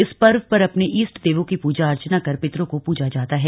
इस पर्व पर अपने ईष्ट देवों की पूजा अर्चना कर पितरों को पूजा जाता है